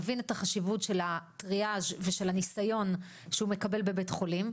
מבין את החשיבות של הטריאז' ושל הניסיון שהוא מקבל בבית החולים,